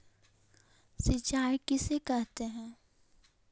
सिंचाई किसे कहते हैं?